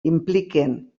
impliquen